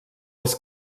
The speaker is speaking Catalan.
als